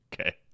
Okay